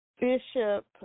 Bishop